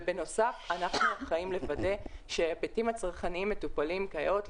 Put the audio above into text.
ובנוסף אנחנו אחראים לוודא שההיבטים הצרכניים מטופלים כיאות,